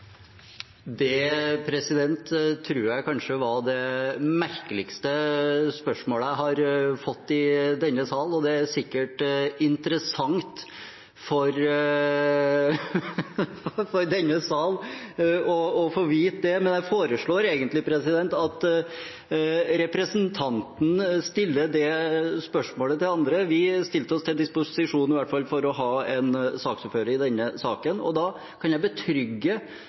Det tror jeg kanskje var det merkeligste spørsmålet jeg har fått i denne sal, og det er sikkert interessant for denne sal å få vite det. Men jeg foreslår egentlig at representanten stiller det spørsmålet til andre. Vi stilte oss i hvert fall til disposisjon for å ha en saksordfører i denne saken, og da kan jeg betrygge